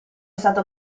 stato